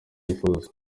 yifuza